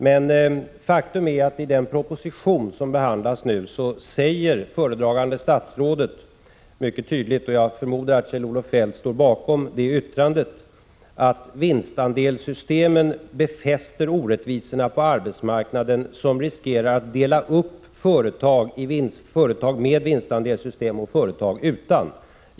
Men faktum är att i den proposition som behandlas nu säger föredragande statsrådet mycket tydligt, och jag förmodar att Kjell-Olof Feldt står bakom det yttrandet: ”Vinstandelssystemen befäster orättvisorna på arbetsmarknaden, som riskerar att delas upp i företag med vinstandelssystem och företag utan.